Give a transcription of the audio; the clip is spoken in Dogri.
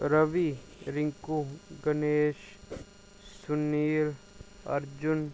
रवि रींकू गनेश सुनील अर्जुन